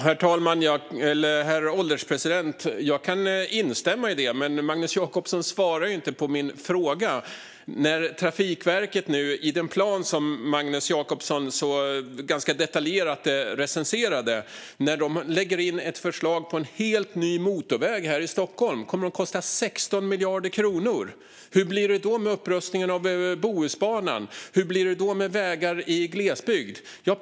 Herr ålderspresident! Jag kan instämma i det, men Magnus Jacobsson svarar inte på min fråga. När Trafikverket nu i den plan som Magnus Jacobsson ganska detaljerat recenserade lägger in ett förslag på en helt ny motorväg här i Stockholm som kommer att kosta 16 miljarder kronor, hur blir det då med upprustningen av Bohusbanan? Hur blir det då med vägar i glesbygd?